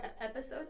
episode